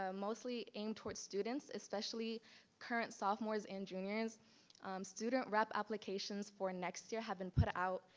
ah mostly aimed towards students, especially current sophomores and juniors student rep applications for next year have been put out.